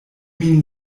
min